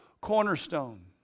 cornerstone